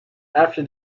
after